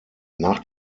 nach